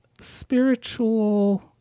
spiritual